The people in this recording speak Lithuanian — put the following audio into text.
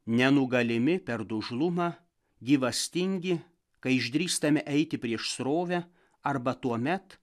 nenugalimi per dužlumą gyvastingi kai išdrįstame eiti prieš srovę arba tuomet